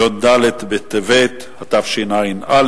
י"ד בטבת התשע"א,